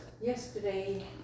Yesterday